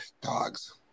dogs